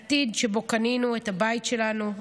עתיד שבו קנינו את הבית שלנו,